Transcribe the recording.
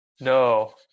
no